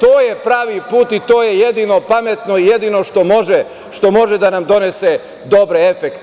To je pravi put i to je jedino pametno i jedino što može da nam donese dobre efekte.